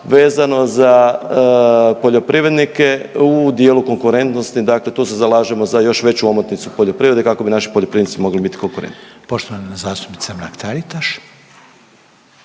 vezano za poljoprivrednike u dijelu konkurentnosti, dakle tu se zalažemo za još veću omotnicu poljoprivrede kako bi naši poljoprivrednici mogli biti konkurentni.